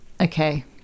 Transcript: Okay